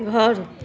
घर